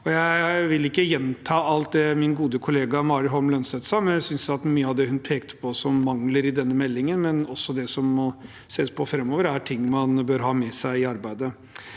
Jeg vil ikke gjenta alt min gode kollega Mari Holm Lønseth sa, men jeg synes at mye av det hun pekte på som mangler i denne meldingen og det som må ses på framover, er ting man bør ha med seg i arbeidet.